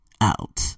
out